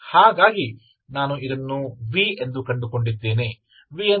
ಹಾಗಾಗಿ ನಾನು ಇದನ್ನು v ಎಂದು ಕಂಡುಕೊಂಡಿದ್ದೇನೆ v ಎಂದರೇನು